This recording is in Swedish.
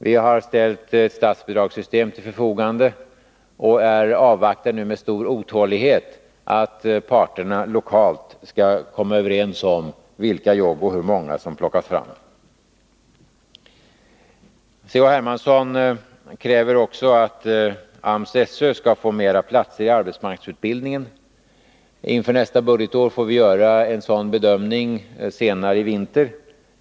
Vi har ställt statsbidragssystemet till förfogande och avvaktar nu med stor otålighet att parterna lokalt skall komma överens om vilka och hur många jobb som plockas fram. C.-H. Hermansson kräver också att AMS-SÖ skall få fler platser i arbetsmarknadsutbildningen. Inför nästa budgetår får vi göra en sådan bedömning senare i vinter.